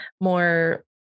more